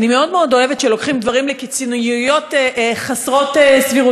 אני אוהבת מאוד מאוד שלוקחים דברים לקיצוניויות חסרות סבירות.